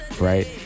right